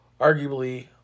arguably